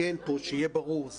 שיהיה ברור,